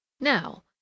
Now